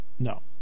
No